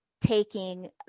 taking